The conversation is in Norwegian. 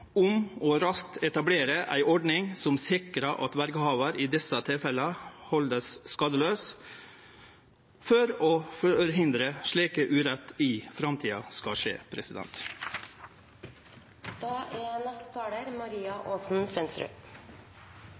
om raskt å etablere ei ordning som sikrar at verjehavaren i desse tilfella vert halden skadelaus, for å forhindre at slik urett skal skje i framtida.